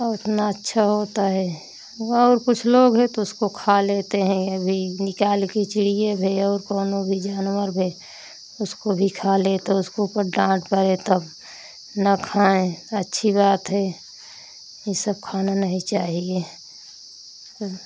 और इतना अच्छा होता है हुआँ और कुछ लोग है तो उसको खा लेते हैं अभी निकालकर चिड़िया भए और कौनो भी जानवर भी उसको भी खा ले तो उसको ऊपर डाँट परे तब ना खाएँ अच्छी बात है ई सब खाना नहीं चाहिए